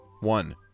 one